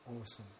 Awesome